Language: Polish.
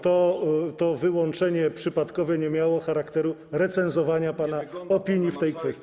To wyłączenie przypadkowe, nie miało charakteru recenzowania pana opinii w tej kwestii.